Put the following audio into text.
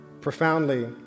profoundly